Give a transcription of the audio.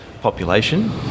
population